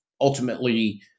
ultimately